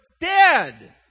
dead